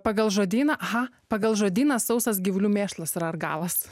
pagal žodyną aha pagal žodyną sausas gyvulių mėšlas yra argalas